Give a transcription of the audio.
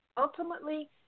ultimately